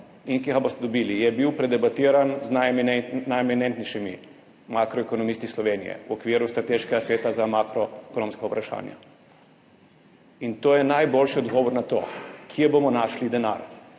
in ki ga boste dobili, je bil predebatiran z najeminentnejšimi makroekonomisti Slovenije v okviru strateškega sveta za makroekonomska vprašanja, in to je najboljši odgovor na to, kje bomo našli denar.